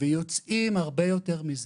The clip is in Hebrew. ויוצאים הרבה יותר מזה.